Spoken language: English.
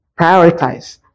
prioritize